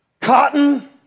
cotton